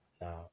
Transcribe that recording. Now